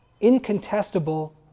incontestable